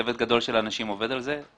צוות גדול של אנשים עובד על זה.